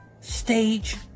stage